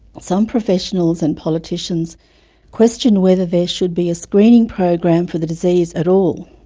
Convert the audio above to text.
some professionals and politicians question whether there should be a screening program for the disease at all.